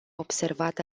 observat